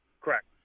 Correct